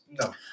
No